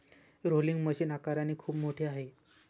rolling machine आकाराने खूप मोठे आहे